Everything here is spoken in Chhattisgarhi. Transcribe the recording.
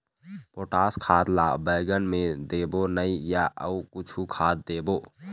पोटास खाद ला बैंगन मे देबो नई या अऊ कुछू खाद देबो?